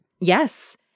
Yes